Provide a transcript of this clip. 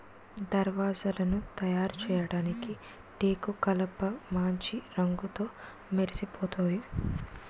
దర్వాజలను తయారుచేయడానికి టేకుకలపమాంచి రంగుతో మెరిసిపోతాది